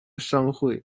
商会